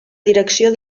direcció